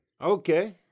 Okay